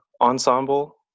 ensemble